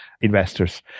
investors